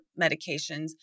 medications